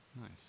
Nice